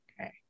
Okay